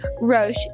Roche